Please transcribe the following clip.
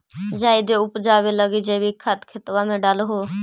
जायदे उपजाबे लगी जैवीक खाद खेतबा मे डाल हो?